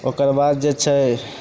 ओकरबाद जे छै